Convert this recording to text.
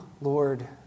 Lord